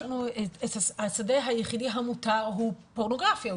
השדה היחידי המותר הוא פורנוגרפיה.